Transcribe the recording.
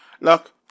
Look